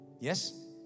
Yes